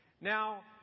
Now